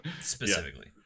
specifically